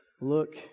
look